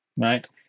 Right